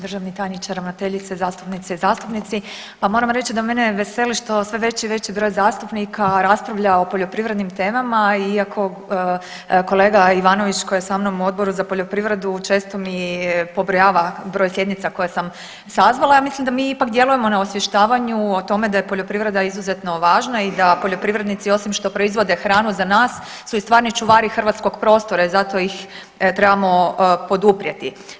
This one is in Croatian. Državni tajniče, ravnateljice, zastupnice i zastupnici, pa moram reći da mene veseli što sve veći i veći broj zastupnika raspravlja o poljoprivrednim temama iako kolega Ivanović koji je sa mnom u Odboru za poljoprivredu često mi pobrojava broj sjednica koje sam sazvala ja mislim da mi ipak djelujemo na osvještavanju o tome da je poljoprivreda izuzetno važna i da poljoprivrednici osim što proizvode hranu za nas su i stvarni čuvari i hrvatskog prostora i zato ih trebamo poduprijeti.